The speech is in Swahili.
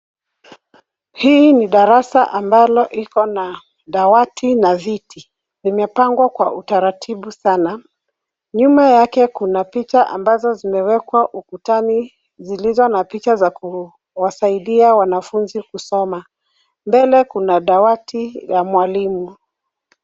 Hii ni darasa ambalo liko na dawati na viti. Limepangwa kwa utaratibu sana. Nyuma yake kuna picha ambazo zimewekwa ukutani, zilizo na picha za kuwasaidia wanafunzi kusoma. Mbele kuna dawati la mwalimu.